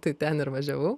tai ten ir važiavau